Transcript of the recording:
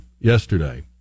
yesterday